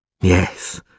Yes